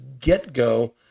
get-go